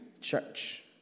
church